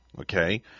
Okay